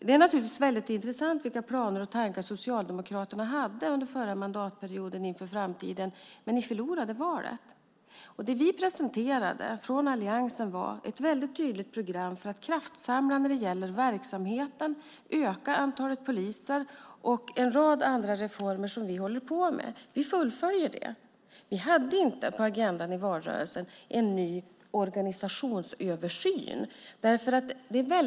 Det är naturligtvis intressant att höra vilka planer och tankar Socialdemokraterna hade under förra mandatperioden inför framtiden. Men ni förlorade valet. Det vi från alliansen presenterade var ett tydligt program för att kraftsamla när det gäller verksamheten, öka antalet poliser och en rad andra reformer som vi håller på med. Vi fullföljer det. Vi hade inte en ny organisationsöversyn på agendan i valrörelsen.